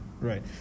right